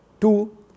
Two